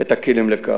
את הכלים לכך.